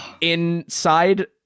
inside